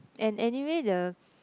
and anyway the